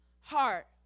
heart